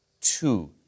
two